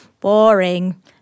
boring